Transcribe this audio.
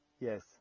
Yes